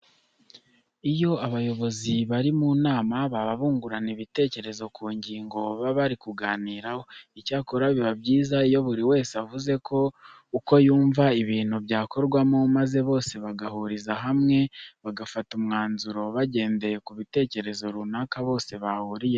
Iyo abayobozi bari mu nama baba bungurana ibitekerezo ku ngingo baba bari kuganiraho. Icyakora biba byiza iyo buri wese avuze uko yumva ibintu byakorwamo maze bose bagahuriza hamwe bagafata umwanzuro bagendeye ku bitekerezo runaka bose bahuriyeho.